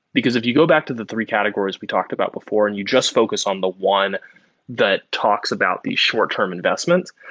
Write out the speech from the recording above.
because if you go back to the three categories we talked about before and you just focus on the one that talks about these short term investments,